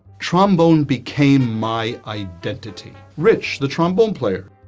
trombone became my, identity rich the trombone player